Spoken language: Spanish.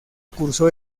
cursó